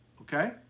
okay